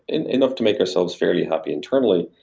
and enough to make ourselves fairly happy internally.